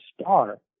star